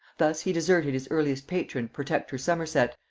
thus he deserted his earliest patron, protector somerset,